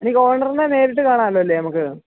എനിക്ക് ഓണറിനേ നേരിട്ട് കാണാമല്ലോ അല്ലേ നമുക്ക്